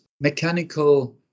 mechanical